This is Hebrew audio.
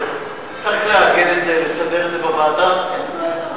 צריך לעגן את זה, לסדר את זה בוועדה, אין בעיה.